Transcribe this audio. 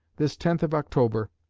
this tenth of october,